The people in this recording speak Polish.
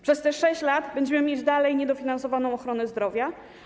Przez te 6 lat będziemy mieć dalej niedofinansowaną ochronę zdrowia.